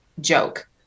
joke